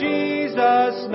Jesus